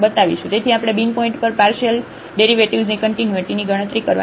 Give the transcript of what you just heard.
તેથી આપણે બિન પોઇન્ટ પર પાર્શિયલ ડેરિવેટિવ્ઝની કન્ટિન્યુટીની ગણતરી કરવાની જરૂર છે